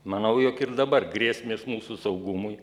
manau jog ir dabar grėsmės mūsų saugumui